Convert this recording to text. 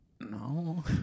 no